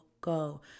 go